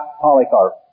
Polycarp